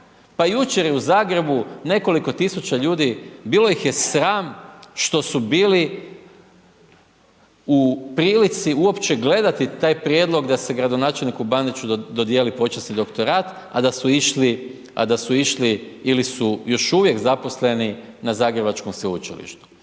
jučer je u Zagrebu nekoliko tisuća ljudi, bilo ih je sram što su bili u prilici uopće gledati taj prijedlog da se gradonačelniku Bandiću dodijeli počasni doktorat, a da su išli ili su još uvije zaposleni na Zagrebačkom Sveučilištu.